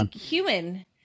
human